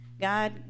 God